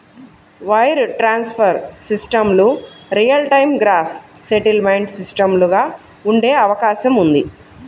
wire transfer సిస్టమ్లు real time gross settlement సిస్టమ్లుగా ఉండే అవకాశం ఉంది